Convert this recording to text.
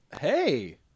Hey